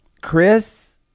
Chris